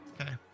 Okay